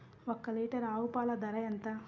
ఒక్క లీటర్ ఆవు పాల ధర ఎంత?